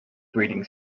breeding